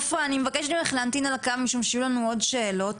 אני מבקשת ממך להמתין על הקו משום שיהיו לנו עוד שאלות.